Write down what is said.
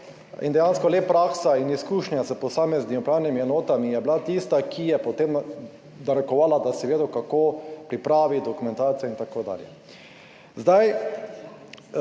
in dejansko le praksa in izkušnja s posameznimi upravnimi enotami je bila tista, ki je potem narekovala, da si vedel, kako pripraviti dokumentacijo in tako dalje.